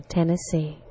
Tennessee